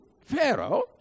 Pharaoh